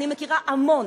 אני מכירה המון,